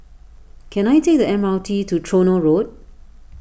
can I take the M R T to Tronoh Road